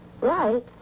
Right